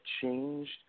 changed